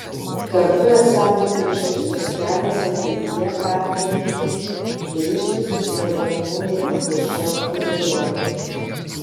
kartu esą būtų užkirstas kelias ateityje pertvarkyti ir ištisus vadinamųjų chruščiovkių rajonus